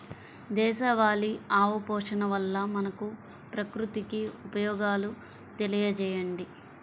దేశవాళీ ఆవు పోషణ వల్ల మనకు, ప్రకృతికి ఉపయోగాలు తెలియచేయండి?